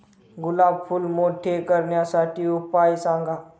गुलाब फूल मोठे करण्यासाठी उपाय सांगा?